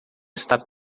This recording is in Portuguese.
está